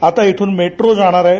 आता इथून मेट्रो जाणार आहे